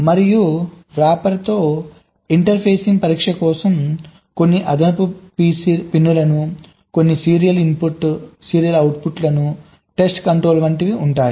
మరియు వ్రాపర్ తో ఇంటర్ఫేసింగ్ పరీక్ష కోసం కొన్ని అదనపు పిన్లు కొన్ని serial input serial output test control వంటివి ఉంటాయి